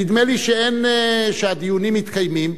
נדמה לי שהדיונים מתקיימים,